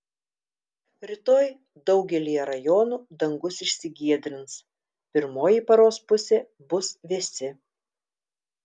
rytoj daugelyje rajonų dangus išsigiedrins pirmoji paros pusė bus vėsi